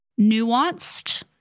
nuanced